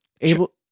able